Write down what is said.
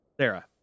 Sarah